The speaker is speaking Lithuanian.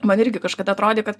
man irgi kažkada atrodė kad